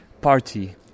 party